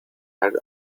had